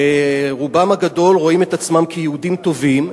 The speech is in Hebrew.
שרובם הגדול רואים את עצמם כיהודים טובים,